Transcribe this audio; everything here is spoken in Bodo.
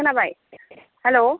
खोनाबाय हेल'